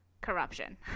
corruption